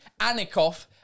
Anikov